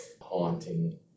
haunting